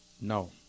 No